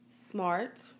smart